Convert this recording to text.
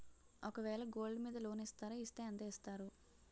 ఒక వేల గోల్డ్ మీద లోన్ ఇస్తారా? ఇస్తే ఎంత ఇస్తారు?